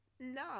No